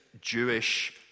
Jewish